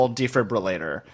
defibrillator